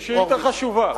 היא שאילתא חשובה.